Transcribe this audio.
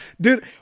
dude